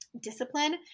discipline